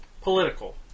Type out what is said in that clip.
Political